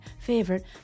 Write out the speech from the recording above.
favorite